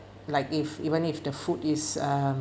like if even if the food is um